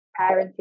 parenting